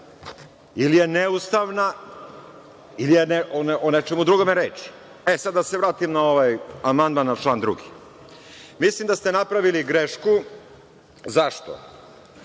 ili je neustavna ili je o nečemu drugome reč. Da se sada vratim na ovaj amandman na član 2. Mislim da ste napravili grešku. Zašto?